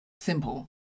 Simple